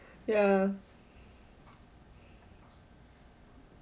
ya